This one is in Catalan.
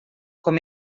com